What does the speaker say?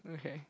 okay